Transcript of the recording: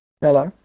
Hello